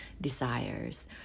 desires